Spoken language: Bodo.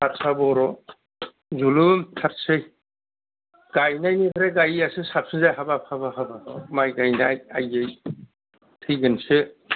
हारसा बर' जलुर थारसै गायनायनिफ्राय गाययैयासो साबसिनसै हाबाब हाबाब हाबाब माइ गायनाय आइयै थैगोनसो